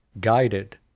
guided